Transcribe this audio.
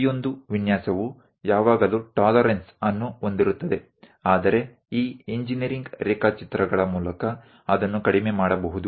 ಪ್ರತಿಯೊಂದು ವಿನ್ಯಾಸವು ಯಾವಾಗಲೂ ಟಾಲರೆನ್ಸಸ್ ಅನ್ನು ಹೊಂದಿರುತ್ತದೆ ಆದರೆ ಈ ಇಂಜಿನೀರಿಂಗ್ ರೇಖಾಚಿತ್ರಗಳ ಮೂಲಕ ಅದನ್ನು ಕಡಿಮೆ ಮಾಡಬಹುದು